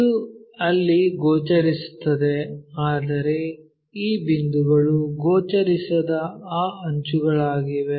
ಇದು ಅಲ್ಲಿ ಗೋಚರಿಸುತ್ತದೆ ಆದರೆ ಈ ಬಿಂದುಗಳು ಗೋಚರಿಸದ ಆ ಅಂಚುಗಳಾಗಿವೆ